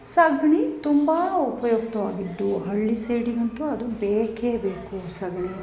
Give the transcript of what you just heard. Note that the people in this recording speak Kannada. ಸಗಣಿ ತುಂಬ ಉಪಯುಕ್ತವಾಗಿದ್ವು ಹಳ್ಳಿ ಸೈಡಿಗಂತೂ ಅದು ಬೇಕೇ ಬೇಕು ಅದು ಸಗಣಿ